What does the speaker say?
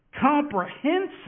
comprehensive